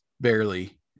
barely